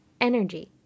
Energy